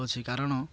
ଅଛି କାରଣ